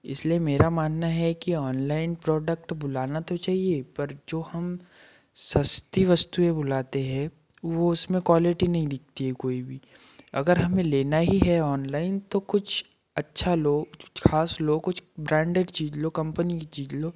इसलिए मेरा मानना है कि ऑनलाइन प्रोडक्ट बुलाना तो चाहिए पर जो हम सस्ती वस्तुएँ बुलाते हैं वो उसमें क्वालिटी नहीं दिखती है कोई भी अगर हमें लेना ही है ऑनलाइन तो कुछ अच्छा लो कुछ खास लो कुछ ब्रांडेड चीज लो कंपनी की चीज लो